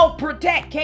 protect